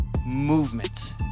movement